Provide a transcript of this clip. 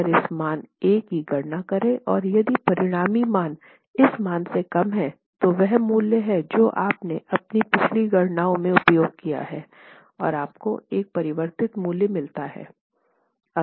अगर इस मान a की गणना करें और यदि परिणामी मान इस मान से कम है यह वह मूल्य हैं जो आपने अपनी पिछली गणनाओं में उपयोग किया हैऔर आपको एक परिवर्तित मूल्य मिलता है